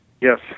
Yes